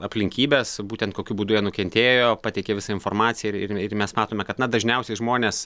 aplinkybes būtent kokiu būdu jie nukentėjo pateikė visą informaciją ir ir mes matome kad na dažniausiai žmonės